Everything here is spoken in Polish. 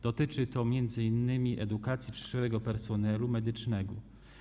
Dotyczy to m.in. edukacji przyszłego personelu medycznego.